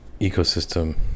ecosystem